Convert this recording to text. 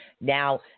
Now